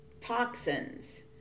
toxins